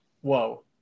whoa